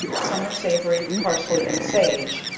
summer savory, parsley and sage,